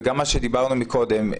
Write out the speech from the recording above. וגם מה שדיברנו מקודם,